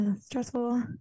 stressful